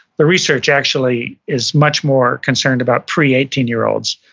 the research actually is much more concerned about pre eighteen year olds,